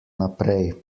naprej